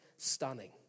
Stunning